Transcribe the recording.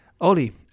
Oli